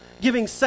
giving